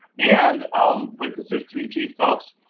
and with the sift three g folks,